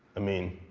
i mean,